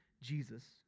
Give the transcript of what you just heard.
Jesus